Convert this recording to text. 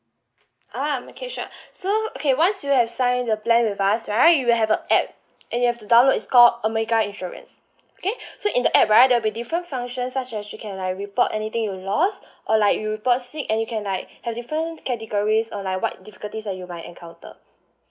um okay sure so okay once you have signed the plan with us right you a app and you have to download it's called omega insurance okay so in the app right there'll be different function such as she can like report anything you lost or like you report sick and you can like have different categories or like what difficulties that you might encounter